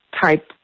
type